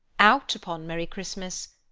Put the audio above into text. out upon merry christmas!